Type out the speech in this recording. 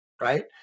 right